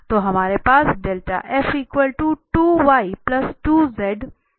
तो हमारे पास है